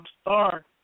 star